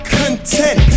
content